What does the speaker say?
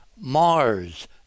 Mars